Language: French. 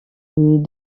une